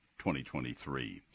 2023